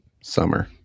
summer